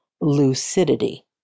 lucidity